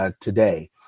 Today